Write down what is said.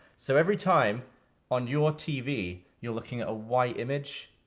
so every time on your tv you're looking at a white image,